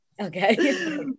Okay